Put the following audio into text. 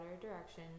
direction